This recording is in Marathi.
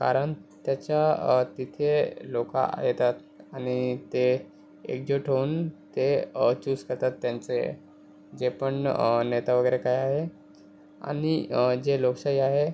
कारण त्याच्या तिथे लोका येतात आणि ते एकजूट होऊन ते चूज करतात त्यांचे जे पण नेता वगैरे काय आहे आणि जे लोकशाही आहे